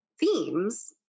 themes